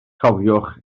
cofiwch